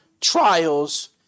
trials